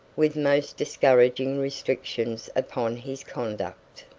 with most discouraging restrictions upon his conduct.